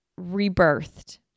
rebirthed